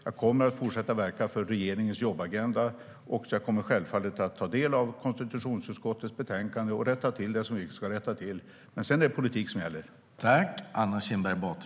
Jag kommer att fortsätta verka för regeringens jobbagenda. Och jag kommer självfallet att ta del av konstitutionsutskottets betänkande och rätta till det som vi ska rätta till. Men sedan är det politik som gäller.